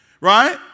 Right